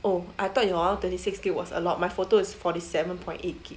oh I thought your [one] twenty six G_B was a lot my photos is forty seven point eight G_B